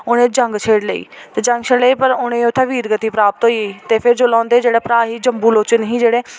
उ'नें जंग छेड़ी लेई जंग छेड़ी लेई पर उ'नेंंगी उत्थै वीरगति प्राप्त होई गेई ते फेर जेल्लै उं'दे जेह्ड़े भ्राऽ ही जम्बूलोचन हे जेह्ड़े